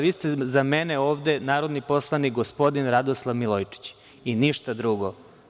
Vi ste za mene ovde narodni poslanik, gospodin Radoslav Milojičić i ništa drugo.